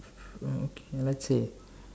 uh okay let's see